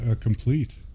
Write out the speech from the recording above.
complete